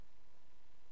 נתניהו?